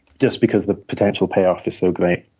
just because the potential payoff is so great.